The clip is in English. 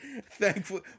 Thankfully